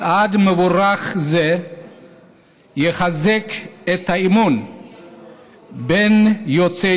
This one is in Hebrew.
צעד מבורך זה יחזק את האמון בין יוצאי